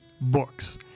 books